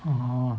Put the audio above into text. (uh huh)